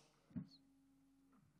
בראש,